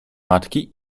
matki